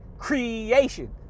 creation